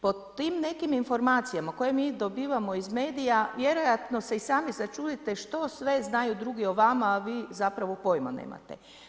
Po tim nekim informacijama koje mi dobivamo iz medija, vjerojatno se i sami začudite što sve znaju drugi o vama a vi zapravo pojma nemate.